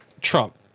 Trump